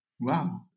wow